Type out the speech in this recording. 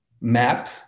map